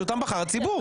בחר הציבור.